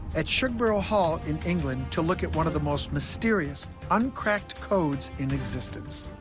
at shugborough hall in england to look at one of the most mysterious uncracked codes in existence.